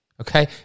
okay